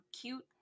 cute